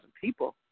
people